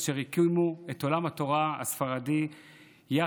אשר הקימו את עולם התורה הספרדי יחד